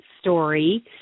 story